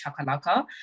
chakalaka